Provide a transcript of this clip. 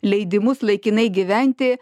leidimus laikinai gyventi